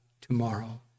tomorrow